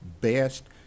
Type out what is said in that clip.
best